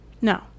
No